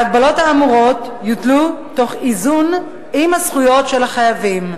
ההגבלות האמורות יוטלו תוך איזון עם הזכויות של החייבים,